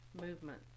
movement